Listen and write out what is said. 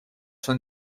son